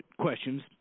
questions